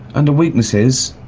under weaknesses,